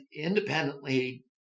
independently